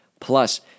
Plus